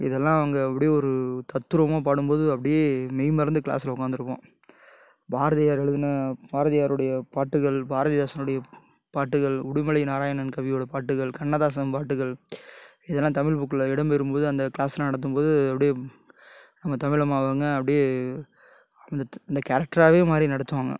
இதல்லாம் அவங்க அப்டியே ஒரு தத்ரூபமா பாடும்போது அப்படியே மெய்மறந்து கிளாஸில் உக்கார்ந்துருப்போம் பாரதியார் எழுதின பாரதியாருடைய பாட்டுக்கள் பாரதிதாசனுடைய பாட்டுக்கள் உடுமலை நாராயணன்கவியோடய பாட்டுகள் கண்ணதாசன் பாட்டுக்கள் இதல்லாம் தமிழ் புக்கில் இடம்பெறும் போது அந்த கிளாஸில் நடத்தும்போது அப்டியே நம்ம தமிழம்மா அவங்க அப்டியே அந்த அந்த கேரக்டராவே மாறி நடத்துவாங்க